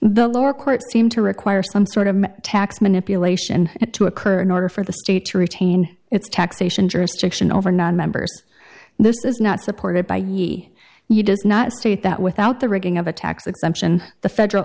the lower court seemed to require some sort of tax manipulation to occur in order for the state to retain its taxation jurisdiction over nonmembers this is not supported by ye you does not state that without the rigging of a tax exemption the federal